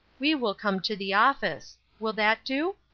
we will come to the office will that do?